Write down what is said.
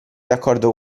d’accordo